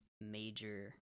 major